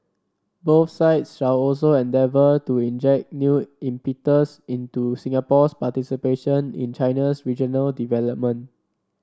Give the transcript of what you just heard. both sides shall also endeavour to inject new impetus into Singapore's participation in China's regional development